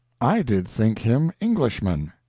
i did think him englishman.